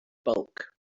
bulk